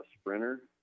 sprinter